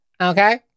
Okay